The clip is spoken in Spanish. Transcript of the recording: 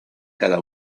cada